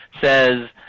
says